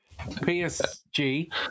PSG